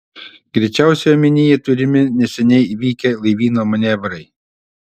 greičiausiai omenyje turimi neseniai vykę laivyno manevrai